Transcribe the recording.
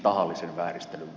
arvoisa pääministeri